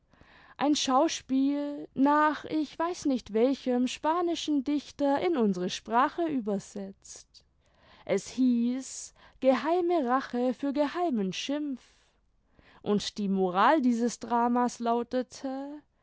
ein schauspiel nach ich weiß nicht welchem spanischen dichter in unsere sprache übersetzt es hieß geheime rache für geheimen schimpf und die moral dieses drama's lautete